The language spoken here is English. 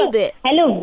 Hello